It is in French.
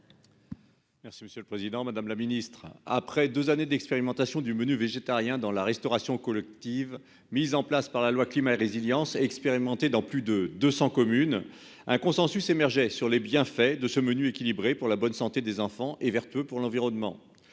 Merci, monsieur le Président Madame la Ministre après 2 années d'expérimentation du menu végétarien dans la restauration collective mise en place par la loi climat et résilience expérimenté dans plus de 200 communes, un consensus émergeait sur les bienfaits de ce menu équilibré pour la bonne santé des enfants et vertueux pour l'environnement.